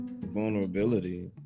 vulnerability